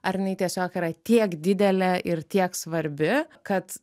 ar jinai tiesiog yra tiek didelė ir tiek svarbi kad